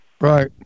Right